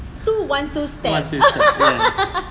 itu want to stab